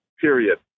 period